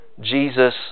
Jesus